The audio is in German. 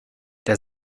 der